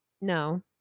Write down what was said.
No